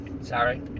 sorry